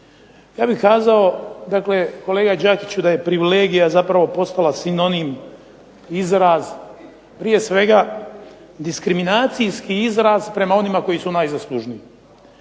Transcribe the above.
Ja bih kazao, dakle kolega Đakiću da je privilegija zapravo postala sinonim, izraz prije svega diskriminacijski izraz prema onima koji su najzaslužniji.